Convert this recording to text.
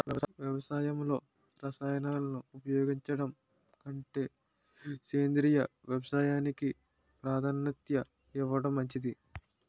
వ్యవసాయంలో రసాయనాలను ఉపయోగించడం కంటే సేంద్రియ వ్యవసాయానికి ప్రాధాన్యత ఇవ్వడం మంచిది